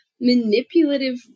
manipulative